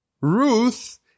Ruth